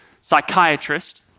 psychiatrist